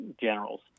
generals